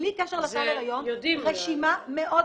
בלי קשר לסל הריון, רשימה מאוד גדולה.